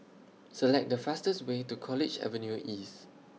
Select The fastest Way to College Avenue East